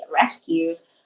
rescues